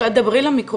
למה שאין אלא לקרוא